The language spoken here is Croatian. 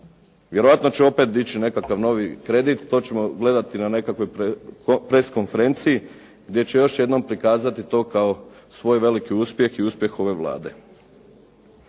Vjerojatno će opet dići nekakav novi kredit, to ćemo gledati na nekakvoj press konferenciji, gdje će još jednom prikazati to kao svoj veliki uspjeh i uspjeh ove Vlade.